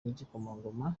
n’igikomangoma